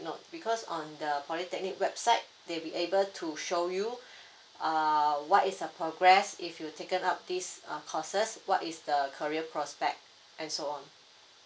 note because on the polytechnic website they will be able to show you err what is the progress if you taken up this err courses what is the career prospect and so on